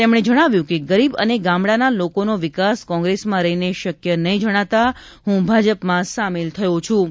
તેમણે જણાવ્યું હતું કે ગરીબ અને ગામડાંના લોકોનો વિકાસ કોંગ્રેસમાં રહીને શક્ય નહીં જણાતા હું ભાજપમાં સામેલ થયો છૂં